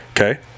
Okay